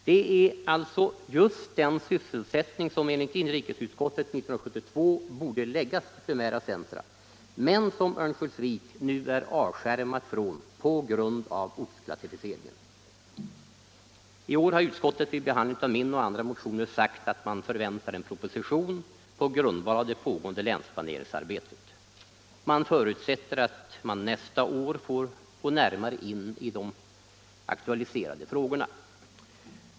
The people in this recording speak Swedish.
Det är alltså just den sysselsättning som enligt inrikesutskottet 1972 borde läggas i primära centra men som Örnsköldsvik nu är avskärmat från på grund av ortsklassificeringen. I år har utskottet vid behandling av min och andra motioner sagt att man förväntar en proposition på grundval av det pågående länsplaneringsarbetet. Man förutsätter att man nästa år får gå närmare in i de aktualiserade frågorna.